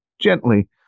gently